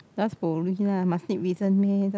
just lah must need reason meh just